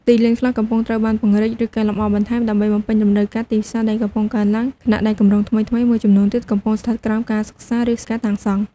ទីលានខ្លះកំពុងត្រូវបានពង្រីក ឬកែលម្អបន្ថែម ដើម្បីបំពេញតម្រូវការទីផ្សារដែលកំពុងកើនឡើង ខណៈដែលគម្រោងថ្មីៗមួយចំនួនទៀតកំពុងស្ថិតក្រោមការសិក្សា ឬការសាងសង់។